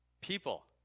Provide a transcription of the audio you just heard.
People